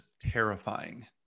terrifying